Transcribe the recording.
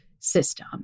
System